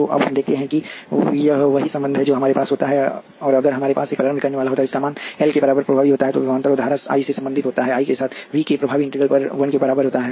तो अब हम देखते हैं कि यह वही संबंध है जो हमारे पास होता अगर हमारे पास एक प्रारंभ करनेवाला होता जिसका मान L के बराबर प्रभावी होता तो विभवांतर और धारा I से संबंधित होता I समय के साथ V के प्रभावी इंटीग्रल पर 1 के बराबर होता है